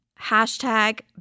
Hashtag